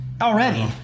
already